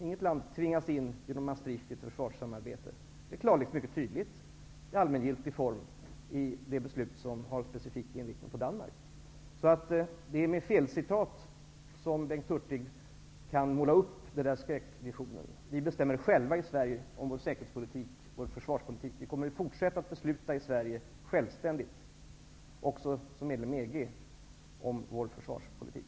Inget land tvingas alltså genom Maastricht in i ett försvarssamarbete. Detta klarläggs mycket tydligt och i allmängiltig form i det beslut som har specifik inriktning på Danmark. Det är således med hjälp av felaktiga citat som Bengt Hurtig kan måla upp sin skräckvision. Vi i Sverige bestämmer dock själva om vår säkerhetsoch försvarspolitik. Och Sverige kommer att fortsätta att självständigt besluta, också som medlem i EG, om vårt lands försvarspolitik.